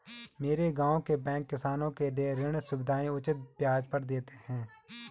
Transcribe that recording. मेरे गांव के बैंक किसानों के लिए ऋण सुविधाएं उचित ब्याज पर देते हैं